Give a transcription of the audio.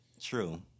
True